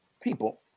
people